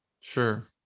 sure